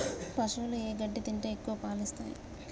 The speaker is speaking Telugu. పశువులు ఏ గడ్డి తింటే ఎక్కువ పాలు ఇస్తాయి?